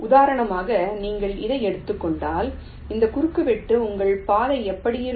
உதாரணமாக நீங்கள் இதை எடுத்துக் கொண்டால் இந்த குறுக்குவெட்டு உங்கள் பாதை இப்படி இருக்கும்